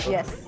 Yes